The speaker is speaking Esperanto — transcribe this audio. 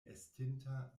estinta